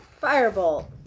firebolt